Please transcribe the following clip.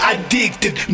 Addicted